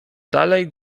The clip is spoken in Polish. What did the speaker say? dalej